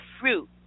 fruit